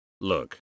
Look